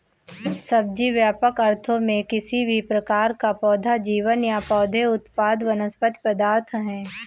सब्जी, व्यापक अर्थों में, किसी भी प्रकार का पौधा जीवन या पौधे उत्पाद वनस्पति पदार्थ है